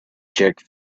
jerk